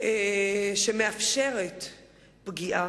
שמאפשרת פגיעה.